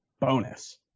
bonus